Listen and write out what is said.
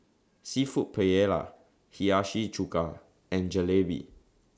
Seafood Paella Hiyashi Chuka and Jalebi